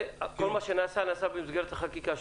כל מה שנעשה , נעשה במסגרת חקיקה.